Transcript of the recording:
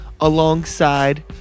alongside